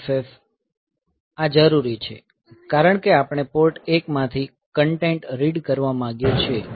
આ જરૂરી છે કારણ કે આપણે પોર્ટ 1 માંથી કન્ટેન્ટ રીડ કરવા માંગીએ છીએ